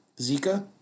Zika